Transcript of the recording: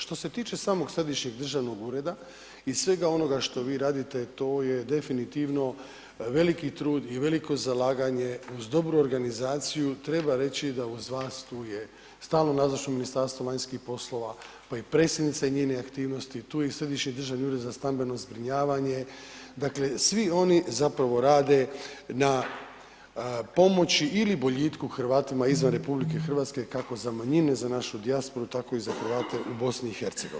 Što se tiče samog središnjeg državnog ureda i svega onoga što vi radite to je definitivno veliki trud i veliko zalaganje uz dobru organizaciju treba reći da uz vas tu je stalno nazočno Ministarstvo vanjskih poslova, pa i predsjednica i njene aktivnosti, tu je i Središnji državni ured za stambeno zbrinjavanje, dakle svi oni zapravo rade na pomoći ili boljitku Hrvatima izvan RH kako za manjine, za našu dijasporu, tako i za Hrvate u BiH.